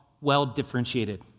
well-differentiated